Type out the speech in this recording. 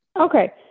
Okay